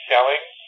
selling